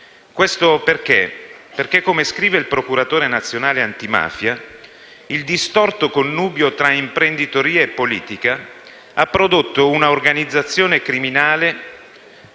Questo perché, come scrive il procuratore nazionale antimafia, il distorto connubio tra imprenditoria e politica ha prodotto una organizzazione criminale